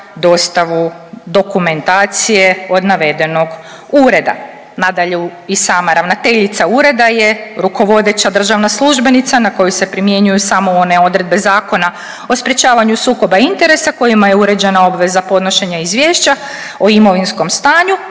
dostavu dokumentacije od navedenog ureda. Nadalje, i sama ravnateljica ureda je rukovodeća državna službenica na koju se primjenjuju samo one odredbe Zakona o sprječavanju sukoba interesa kojima je uređena obveza podnošenja izvješća o imovinskom stanju